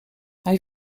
hij